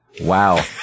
Wow